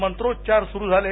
मंत्रोच्चार सुरू झाले